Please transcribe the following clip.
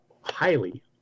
highly